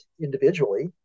individually